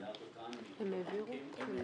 אני אייל דותן מאיגוד בנקים.